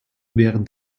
während